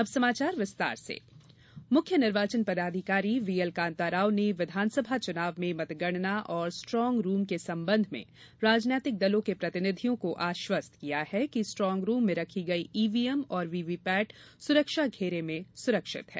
अब समाचार विस्तार से कांताराव ईवीएम मुख्य निर्वाचन पदाधिकारी व्हीएल कान्ता राव ने विधानसभा चुनाव में मतगणना और स्ट्रांग रूम के संबंध में राजनैतिक दलों के प्रतिनिधियों को आष्वस्त किया है कि स्ट्रांग रूम में रखी गई ईवीएम और वीवीपैट सुरक्षा घेरे में सुरक्षित है